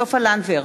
נגד סופה לנדבר,